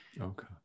Okay